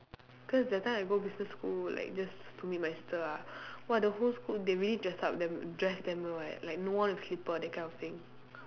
cause that time I go business school like just to meet my sister ah !wah! the whole school they really dress up them they dress them well eh like no one wear slipper that kind of thing